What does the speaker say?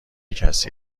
کسی